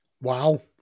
Wow